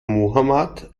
mohammad